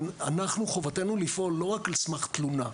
אנחנו חובתנו לפעול לא רק על סמך תלונה,